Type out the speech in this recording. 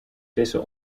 vissen